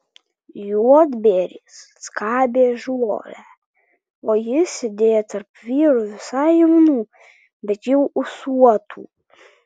juodbėris skabė žolę o jis sėdėjo tarp vyrų visai jaunų bet jau ūsuotų